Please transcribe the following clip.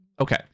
Okay